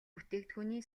бүтээгдэхүүний